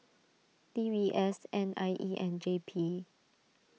D B S N I E and J P